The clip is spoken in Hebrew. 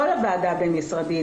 כל הוועדה הבין משרדית,